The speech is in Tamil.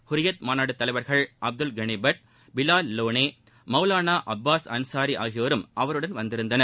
ஹுரியத் மாநாடு தலைவர்கள் அப்துல் கனிபட் பிலால் லோனே மௌவானா அட்பாஸ் அன்சாரி ஆகியோரும் அவருடன் வந்திருந்தார்கள்